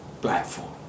platform